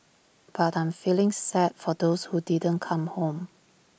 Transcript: but I am feeling sad for those who didn't come home